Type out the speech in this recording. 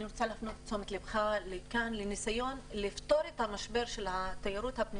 אני רוצה להפנות את תשומת לבך לניסיון לפתור את המשבר של תיירות הפנים